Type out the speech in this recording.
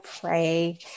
pray